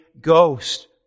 Ghost